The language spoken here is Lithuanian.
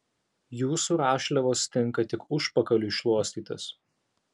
jūsų rašliavos tinka tik užpakaliui šluostytis